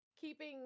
keeping